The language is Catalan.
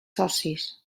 socis